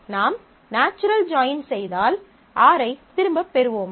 நாம் natural join செய்தால் நாம் R ஐ திரும்பப் பெறுவோமா